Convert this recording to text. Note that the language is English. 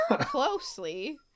closely